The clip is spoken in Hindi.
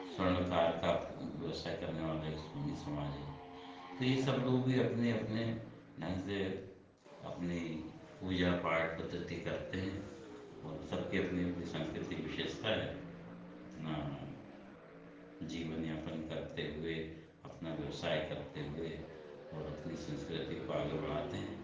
स्वर्णकार का व्यवसाय करने वाला एक सोनी समाज है तो ये सब लोग भी अपने अपने ढंग से अपनी पूजा पाठ पद्धति करते हैं और सबकी अपनी अपनी सांस्कृतिक विशेषता है अपना जीवन यापन करते हुए अपना व्यवसाय करते हुए और अपनी संस्कृति को आगे बढ़ाते हैं